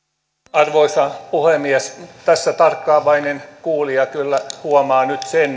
arvoisa puhemies tässä tarkkaavainen kuulija kyllä huomaa nyt sen että tässä nyt ei